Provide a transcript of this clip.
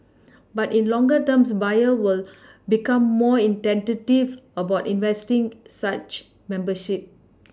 but in longer term buyers will become more in tentative about investing such memberships